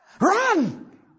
run